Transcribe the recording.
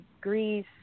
Greece